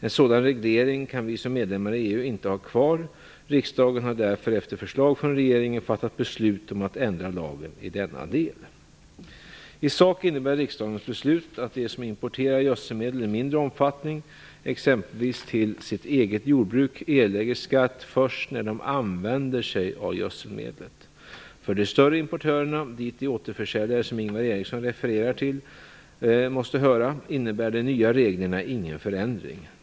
En sådan reglering kan vi som medlemmar i EU inte ha kvar. Riksdagen har därför, efter förslag från regeringen, fattat beslut om att ändra lagen i denna del. I sak innebär riksdagens beslut att de som importerar gödselmedel i mindre omfattning - exempelvis till sitt eget jordbruk - erlägger skatt först när de använder sig av gödselmedlet. För de större importörerna - dit de återförsäljare som Ingvar Eriksson refererar till måste höra - innebär de nya reglerna ingen förändring.